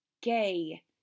Gay